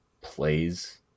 plays